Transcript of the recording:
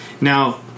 Now